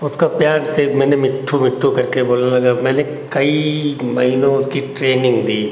उसको प्यार से मैं मिट्ठू मिट्ठू करके बोलने लगा मैंने कई महीनों की ट्रेनिन्ग दी